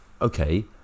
Okay